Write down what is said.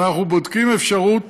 אנחנו בודקים אפשרות